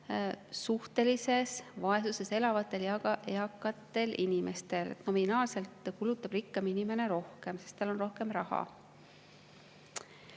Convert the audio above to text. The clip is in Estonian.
suhtelises vaesuses elavatel eakatel inimestel. Nominaalselt kulutab rikkam inimene rohkem, sest tal on rohkem raha.